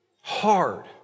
hard